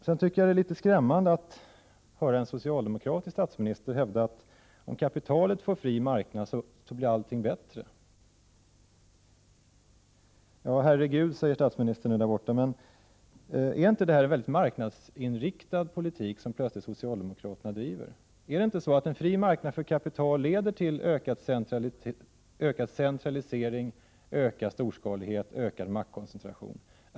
Sedan tycker jag att det är litet skrämmande att höra en socialdemokratisk statsminister hävda att om kapitalet får fri marknad så blir allting bättre. Herregud! säger statsministern nu där borta. Men är det inte en väldigt marknadsinriktad politik som socialdemokraterna plötsligt driver? Är det inte så att en fri marknad för kapital leder till ökad centralisering, ökad storskalighet, ökad maktkoncentration?